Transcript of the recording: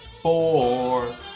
four